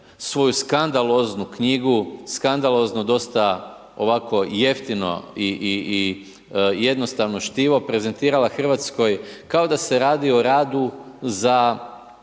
svoju skandaloznu knjigu, skandalozno dosta ovako jeftino i jednostavno štivo prezentirala Hrvatskoj kao da se radi o radu za